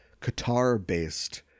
Qatar-based